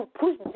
push